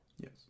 Yes